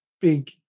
big